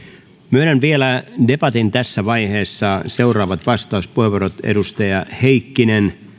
myönnän vielä debatin tässä vaiheessa seuraavat vastauspuheenvuorot edustajat heikkinen